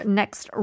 next